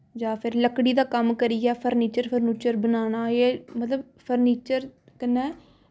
जां फिर लकड़ी दा कम्म करियै फर्निचर फर्नूचर बनाना एह् मतलब फर्निचर कन्नै